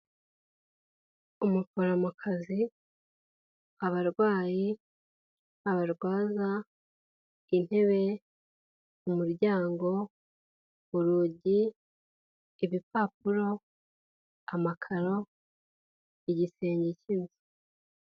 Umuforomokazi, abarwayi, abarwaza, intebe, umuryango, urugi, urupapuro, amakaro, igisenge cy'inzu.